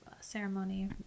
ceremony